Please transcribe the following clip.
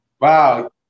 Wow